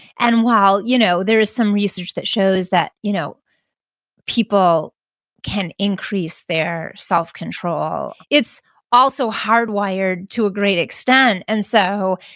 and while you know there is some research that shows that you know people can increase their self-control, it's also hardwired to a great extent. and so,